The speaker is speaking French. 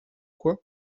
quoi